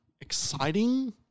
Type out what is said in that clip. exciting